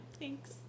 Thanks